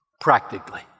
practically